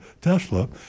Tesla